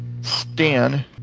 Stan